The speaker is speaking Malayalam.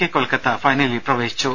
കെ കൊൽക്കത്ത ഫൈനലിൽ പ്രവേശിച്ചു